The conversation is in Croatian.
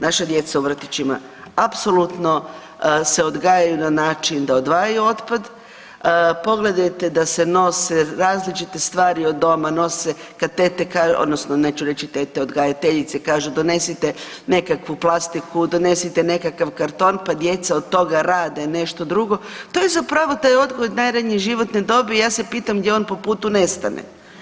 Naša djeca u vrtićima apsolutno se odgajaju na način da odvajaju otpad, pogledajte da se nose različite stvari od doma, nose, kad tete .../nerazumljivo/... odnosno neću reći tete, odgajateljice kažu, donesite nekakvu plastiku, donesite nekakav karton pa djeca od toga rade nešto drugo, to je zapravo taj odgoj od najranije životne dobi, ja se pitam gdje on po putu nestane.